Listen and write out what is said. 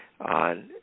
on